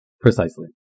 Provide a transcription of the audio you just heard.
Precisely